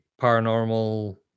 paranormal